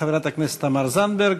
חברת הכנסת תמר זנדברג.